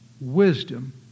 wisdom